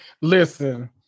Listen